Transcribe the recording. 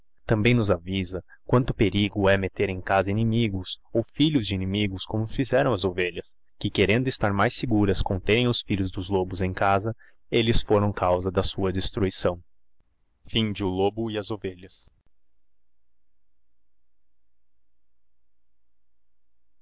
também nos avisa quanto perigo he metler em casa inimigos ou filhos de inimigos como fizerão as ovelhas que querendo estar mais seguras com terem os filhos dos lobos em casa elles forão causa da sua destruição o